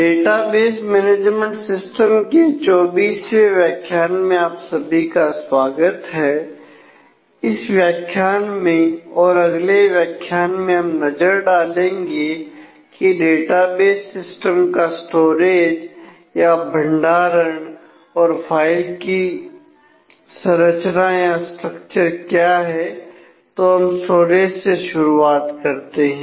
database management system के 24वे व्याख्यान में आप सभी का स्वागत है इस व्याख्यान में और अगले व्याख्यान में हम नजर डालेंगे की डेटाबेस सिस्टम का स्टोरेज क्या है तो हम स्टोरेज से शुरुआत करते हैं